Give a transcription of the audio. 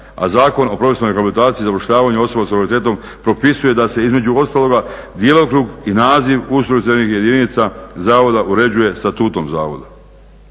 a Zakon o profesionalnoj rehabilitaciji i zapošljavanju osoba s invaliditetom propisuje da se između ostaloga djelokrug i naziv ustrojstvenih jedinica zavoda uređuje statutom zavoda.